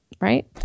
Right